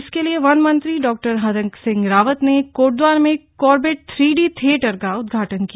इसके लिए वन मन्त्री डॉ हरक सिंह रावत ने कोटद्वार में कॉर्बेट थ्री डी थियेटर का उद्घाटन किया